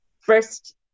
first